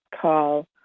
call